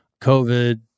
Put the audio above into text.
covid